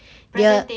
dia